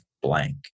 blank